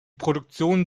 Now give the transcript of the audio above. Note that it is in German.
produktion